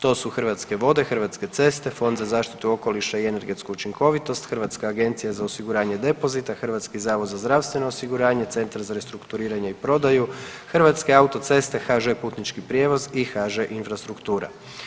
To su: Hrvatske vode, Hrvatske ceste, Fond za zaštitu okoliša i energetsku učinkovitost, Hrvatska agencija za osiguranje depozita, Hrvatski zavod za zdravstveno osiguranje, Centar za restrukturiranje i prodaju, Hrvatske autoceste, HŽ Putnički prijevoz i HŽ Infrastruktura.